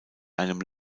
einem